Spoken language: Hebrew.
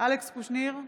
אלכס קושניר,